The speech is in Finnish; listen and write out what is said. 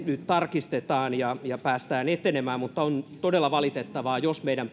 nyt tarkistetaan ja ja päästään etenemään mutta on todella valitettavaa jos meidän